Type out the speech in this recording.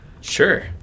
sure